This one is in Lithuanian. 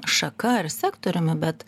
šaka ar sektoriumi bet